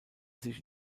sich